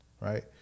Right